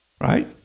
right